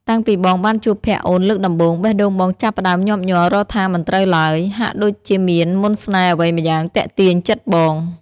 តាំងពីបងបានជួបភក្រ្តអូនលើកដំបូង បេះដូងបងចាប់ផ្តើមញាប់ញ័ររកថាមិនត្រូវឡើយ ហាក់ដូចជាមានមន្តស្នេហ៍អ្វីម្យ៉ាងទាក់ទាញចិត្តបង។